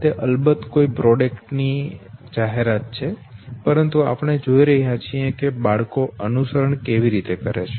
તે અલબત્ત કોઈ પ્રોડક્ટ ની એક જાહેરાત છે પરંતુ આપણે જોઈ રહ્યા છીએ કે બાળકો અનુકરણ કેવી રીતે કરે છે